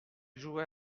jouait